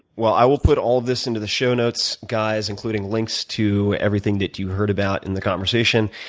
well, i will put all this into the show notes, guys, including links to everything that you heard about in the conversation.